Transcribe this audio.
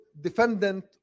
defendant